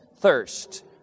thirst